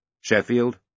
Sheffield